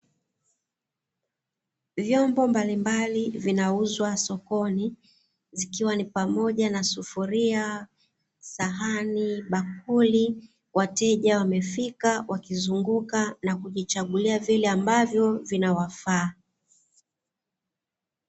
Vyombo mbalimbali vinauzwa sokoni, zikiwa ni pamoja na: sufuria, sahani, bakuli. Wateja wamefika wakizunguka kujichagulia vile ambavyo vinawafaa.